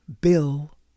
Bill